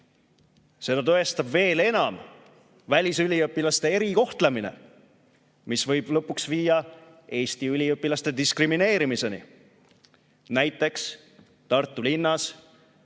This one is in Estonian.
Seda tõestab veel enam välisüliõpilaste erikohtlemine, mis võib lõpuks viia Eesti üliõpilaste diskrimineerimiseni. Näiteks Tartu linnas